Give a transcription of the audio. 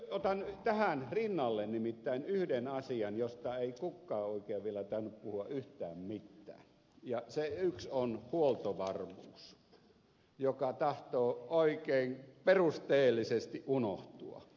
otan nimittäin tähän rinnalle yhden asian josta ei kukaan oikein vielä tainnut puhua yhtään mitään ja se yksi on huoltovarmuus joka tahtoo oikein perusteellisesti unohtua